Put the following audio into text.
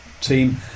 team